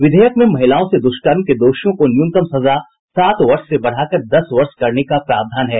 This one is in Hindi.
विधेयक में महिलाओं से दुष्कर्म के दोषियों को न्यूनतम सजा सात वर्ष से बढ़ाकर दस वर्ष करने का प्रावधान है